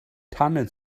tanne